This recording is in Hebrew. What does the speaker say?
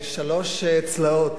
שלוש צלעות,